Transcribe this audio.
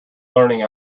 learning